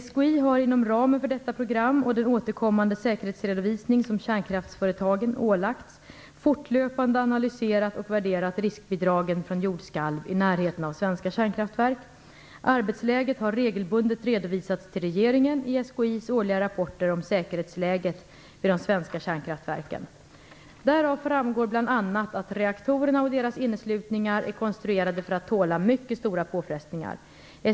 SKI har inom ramen för detta program och den återkommande säkerhetsredovisning som kärnkraftsföretagen ålagts fortlöpande analyserat och värderat riskbidragen från jordskalv i närheten av svenska kärnkraftverk. Arbetsläget har regelbundet redovisats till regeringen i SKI:s årliga rapporter om säkerhetsläget vid de svenska kärnkraftverken. Därav framgår bl.a. att reaktorerna och deras inneslutningar är konstruerade för att tåla mycket stora påfrestningar.